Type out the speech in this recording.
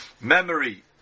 memory